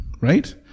right